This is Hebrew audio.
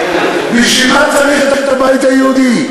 בשביל מה צריך את הבית היהודי?